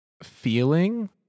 feeling